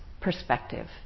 perspective